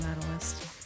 medalist